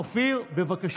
אופיר, בבקשה.